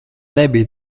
nebija